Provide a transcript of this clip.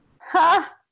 Ha